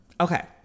Okay